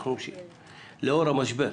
לנוכח המשבר,